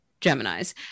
Gemini's